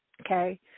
Okay